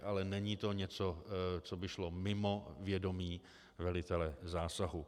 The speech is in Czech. Ale není to něco, co by šlo mimo vědomí velitele zásahu.